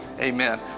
Amen